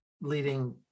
leading